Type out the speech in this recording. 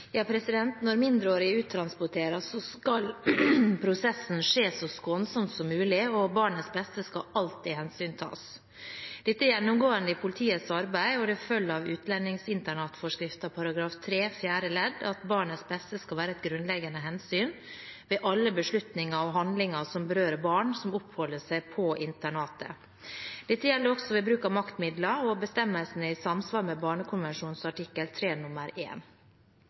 Når mindreårige uttransporteres, skal prosessen skje så skånsomt som mulig, og barnets beste skal alltid hensyntas. Dette er gjennomgående i politiets arbeid, og det følger av utlendingsinternatforskriften § 3 fjerde ledd at barnets beste skal være et grunnleggende hensyn ved alle beslutninger og handlinger som berører barn som oppholder seg på internatet. Dette gjelder også ved bruk av maktmidler, og bestemmelsen er i samsvar med barnekonvensjonen artikkel 3 nr. 1. Den konkrete saken stortingsrepresentanten viser til, omhandler ikke en enslig mindreårig, men en